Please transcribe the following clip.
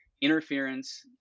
Interference